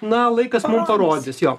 na laikas mum parodys jo